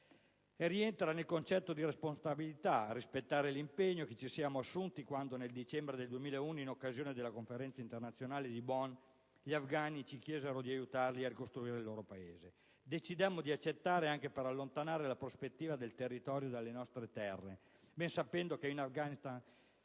e rientra nel concetto di responsabilità rispettare l'impegno che ci siamo assunti quando, nel dicembre 2001, in occasione della Conferenza internazionale di Bonn, gli afgani ci chiesero di aiutarli a ricostruire il loro Paese. Decidemmo di accettare, anche per allontanare la prospettiva del terrorismo dalle nostre terre, ben sapendo che in Afghanistan